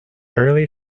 early